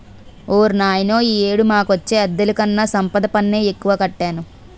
ఓర్నాయనో ఈ ఏడు మాకొచ్చే అద్దెలుకన్నా సంపద పన్నే ఎక్కువ కట్టాను